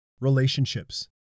relationships